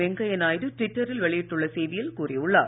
வெங்கய்யா நாயுடு ட்விட்டரில் வெளியிட்டுள்ள செய்தியில் கூறியுள்ளார்